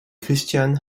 christian